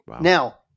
Now